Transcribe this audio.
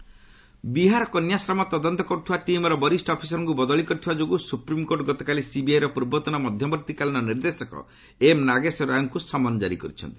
SC CBI Bihar କନ୍ୟାଶ୍ରମ ତଦନ୍ତ କରୁଥିବା ଟିମ୍ର ବରିଷ୍ଣ ଅଫିରସଙ୍କୁ ବଦଳି କରିଥିବା ଯୋଗୁଁ ସୁପ୍ରିମ୍କୋର୍ଟ ଗତକାଲି ସିବିଆଇର ପୂର୍ବତନ ମଧ୍ୟବର୍ତ୍ତୀକାଳୀନ ନିର୍ଦ୍ଦେଶକ ଏମ୍ ନାଗେଶ୍ୱର ରାଓଙ୍କୁ ସମନ କ୍କାରି କରିଛନ୍ତି